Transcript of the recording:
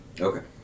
Okay